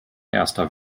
erster